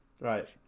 Right